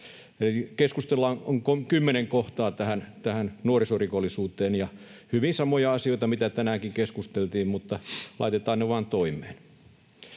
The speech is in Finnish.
Keskustalla on 10 kohtaa tähän nuorisorikollisuuteen ja hyvin samoja asioita, mitä tänäänkin keskusteltiin, mutta laitetaan ne vain toimeen.